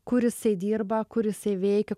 kur jisai dirba kur jisai veikia